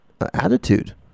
attitude